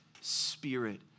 spirit